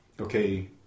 okay